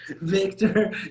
Victor